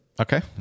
Okay